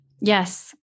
Yes